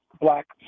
Black